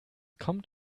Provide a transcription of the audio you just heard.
kommt